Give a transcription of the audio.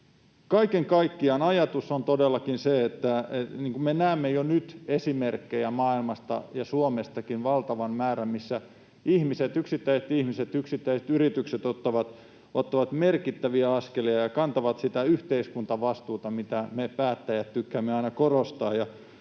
Kaiken kaikkiaan ajatus on todellakin se, että kun me näemme jo nyt maailmalta ja Suomestakin valtavan määrän esimerkkejä, missä yksittäiset ihmiset, yksittäiset yritykset ottavat merkittäviä askelia ja kantavat sitä yhteiskuntavastuuta, mitä me päättäjät tykkäämme aina korostaa,